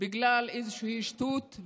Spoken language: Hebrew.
בגלל איזושהי שטות,